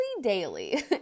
daily